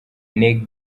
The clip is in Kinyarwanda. neg